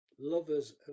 lovers